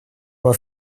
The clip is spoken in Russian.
обо